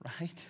Right